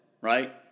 right